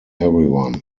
everyone